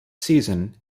season